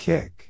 Kick